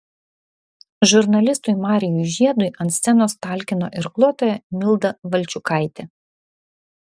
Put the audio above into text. žurnalistui marijui žiedui ant scenos talkino irkluotoja milda valčiukaitė